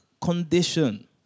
condition